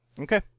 Okay